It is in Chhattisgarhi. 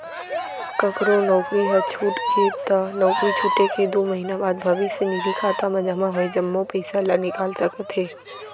ककरो नउकरी ह छूट गे त नउकरी छूटे के दू महिना बाद भविस्य निधि खाता म जमा होय जम्मो पइसा ल निकाल सकत हे